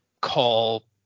call